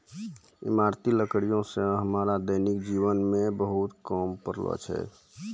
इमारती लकड़ी सें हमरा दैनिक जीवन म बहुत काम पड़ै छै